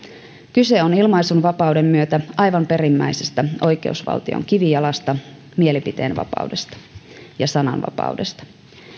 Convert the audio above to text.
kyse on ilmaisunvapauden myötä aivan perimmäisestä oikeusvaltion kivijalasta mielipiteenvapaudesta ja sananvapaudesta